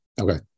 Okay